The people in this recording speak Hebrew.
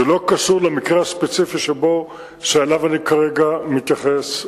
זה לא קשור למקרה הספציפי שאליו אני כרגע מתייחס,